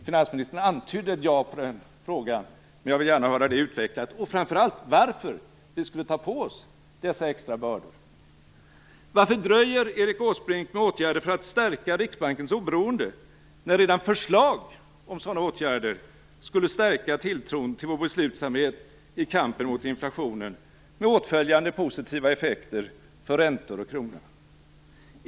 Finansministern antydde ett ja på denna fråga, men jag vill gärna få det utvecklat och framför allt få veta varför vi skulle ta på oss dessa extra bördor. Varför dröjer Erik Åsbrink med åtgärder för att stärka Riksbankens oberoende, när redan förslag om sådana åtgärder skulle stärka tilltron till vår beslutsamhet i kampen mot inflationen med åtföljande positiva effekter för räntor och krona?